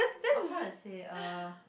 or how to say uh